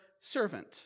servant